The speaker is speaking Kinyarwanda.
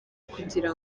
kugira